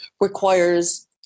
requires